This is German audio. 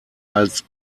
als